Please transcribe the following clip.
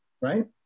right